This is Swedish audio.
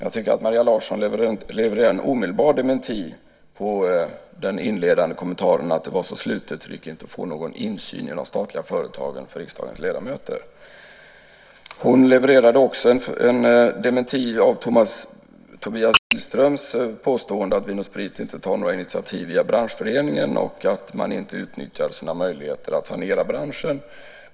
Jag tycker att Maria Larsson levererade en omedelbar dementi på den inledande kommentaren att det hela var slutet och att det inte gick att få någon insyn i de statliga företagen för riksdagens ledamöter. Maria Larsson levererade också en dementi av Tobias Billströms påstående att Vin & Sprit inte tar några initiativ via branschföreningen och att man inte utnyttjade sina möjligheter att sanera branschen.